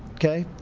ok?